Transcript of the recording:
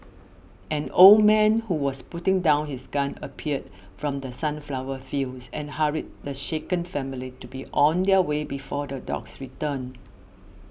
an old man who was putting down his gun appeared from the sunflower fields and hurried the shaken family to be on their way before the dogs return